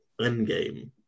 Endgame